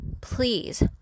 please